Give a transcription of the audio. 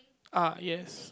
ah yes